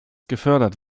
gefördert